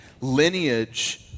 lineage